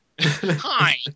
hi